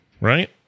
right